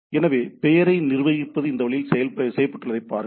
எனவே பெயரை நிர்வகிப்பது இந்த வழியில் செய்யப்பட்டுள்ளதைப் பாருங்கள்